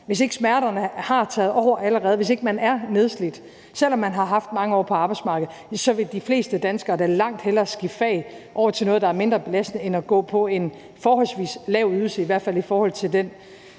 hvis ikke smerterne har taget over allerede, og hvis ikke man er nedslidt, selv om man har haft mange år på arbejdsmarkedet, så vil de fleste danskere da langt hellere skifte fag over til noget, der er mindre belastende, end at gå på en forholdsvis lav ydelse, i hvert fald i forhold til den